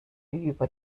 über